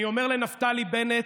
אני אומר לנפתלי בנט,